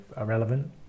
irrelevant